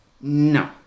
No